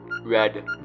Red